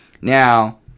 now